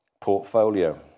portfolio